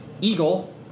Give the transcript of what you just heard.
eagle